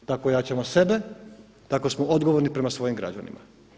Tako jačamo sebe, tako smo odgovorni prema svojim građanima.